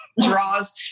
draws